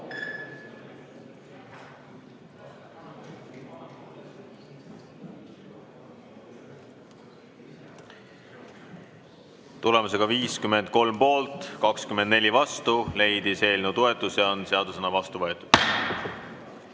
Tulemusega 53 poolt, 24 vastu leidis eelnõu toetuse ja on seadusena vastu võetud.